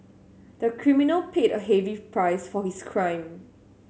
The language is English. the criminal paid a heavy price for his crime